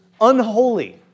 Unholy